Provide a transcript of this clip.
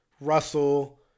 Russell